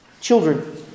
Children